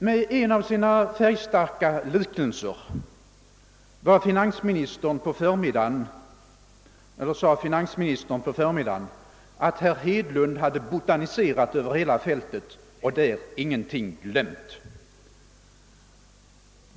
— Med en av sina färgstarka liknelser sade finansministern på förmiddagen att herr Hedlund hade botaniserat över hela fältet och där ingenting glömt.